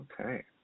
Okay